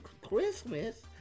Christmas